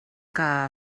que